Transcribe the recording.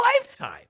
lifetime